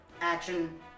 action